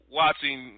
watching